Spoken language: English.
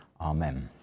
Amen